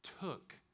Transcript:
took